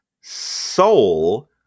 soul